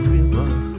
River